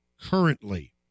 currently